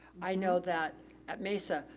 i know that at mesa,